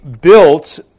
built